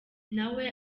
nawe